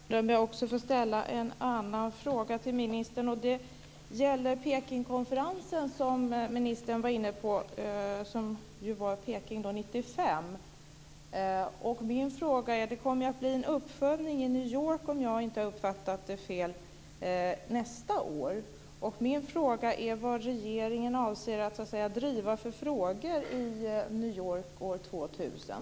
Fru talman! Jag ber att få ställa en annan fråga till ministern. Det gäller Pekingkonferensen 95, som ministern var inne på. Det kommer att bli en uppföljning i New York, om jag inte har uppfattat det fel, nästa år. Min fråga är vad regeringen avser att driva för frågor i New York år 2000.